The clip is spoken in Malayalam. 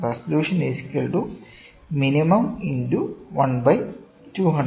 resolution minimum × 12000